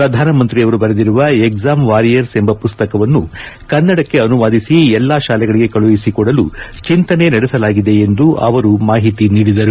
ಪ್ರಧಾನಮಂತ್ರಿಯವರು ಬರೆದಿರುವ exam warriors ಎಂಬ ಪುಸ್ತಕವನ್ನು ಕನ್ನಡಕ್ಕೆ ಅನುವಾದಿಸಿ ಎಲ್ಲಾ ಶಾಲೆಗಳಿಗೆ ಕಳುಹಿಸಿಕೊಡಲು ಚಿಂತನೆ ನಡೆಸಲಾಗಿದೆ ಎಂದು ಅವರು ಮಾಹಿತಿ ನೀಡಿದರು